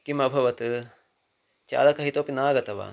किम् अभवत् चालकः इतोपि नागतवान्